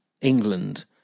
England